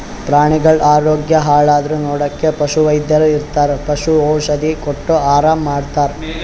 ಪ್ರಾಣಿಗಳ್ ಆರೋಗ್ಯ ಹಾಳಾದ್ರ್ ನೋಡಕ್ಕ್ ಪಶುವೈದ್ಯರ್ ಇರ್ತರ್ ಪಶು ಔಷಧಿ ಕೊಟ್ಟ್ ಆರಾಮ್ ಮಾಡ್ತರ್